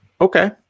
Okay